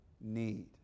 need